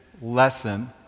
lesson